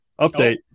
update